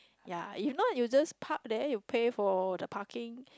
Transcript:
ya if not you just park there you pay for the parking